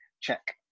check